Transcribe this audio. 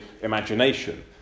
imagination